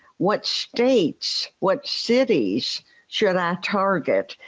what states, what cities should i target?